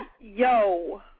Yo